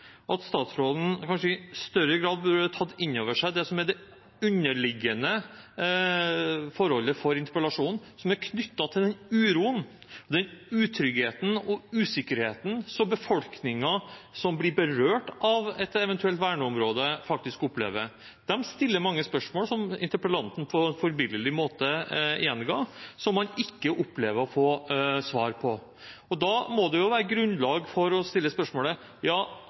at statsråden kanskje i større grad burde tatt inn over seg det som er det underliggende forholdet for interpellasjonen, som er knyttet til den uroen, utryggheten og usikkerheten som befolkningen som blir berørt av et eventuelt verneområde, faktisk opplever. De stiller mange spørsmål, som interpellanten på en forbilledlig måte gjenga, men opplever ikke å få svar på dem. Da må det være grunnlag for å stille spørsmålet: